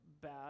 bad